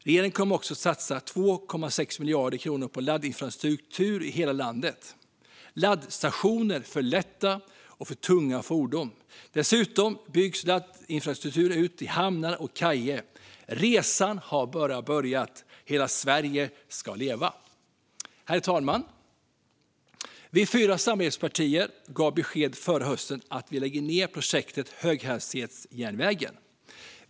Regeringen kommer också att satsa 2,6 miljarder kronor på laddinfrastruktur i hela landet. Det blir laddstationer för lätta och tunga fordon. Dessutom byggs laddinfrastrukturen ut i hamnar och på kajer. Resan har bara börjat. Hela Sverige ska leva. Herr talman! Vi fyra samarbetspartier gav beskedet förra hösten att vi lägger ned projektet höghastighetsjärnvägen.